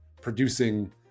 producing